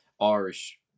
Irish